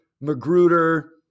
Magruder